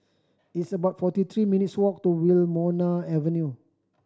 it's about forty three minutes' walk to Wilmonar Avenue